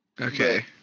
Okay